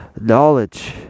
knowledge